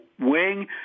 Wing